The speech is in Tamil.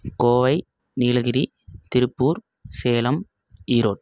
கோவை நீலகிரி திருப்பூர் சேலம் ஈரோடு